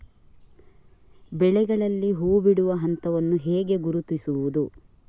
ಬೆಳೆಗಳಲ್ಲಿ ಹೂಬಿಡುವ ಹಂತವನ್ನು ಹೇಗೆ ಗುರುತಿಸುವುದು?